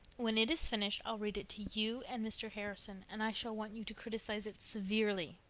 when it is finished i'll read it to you and mr. harrison, and i shall want you to criticize it severely.